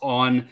on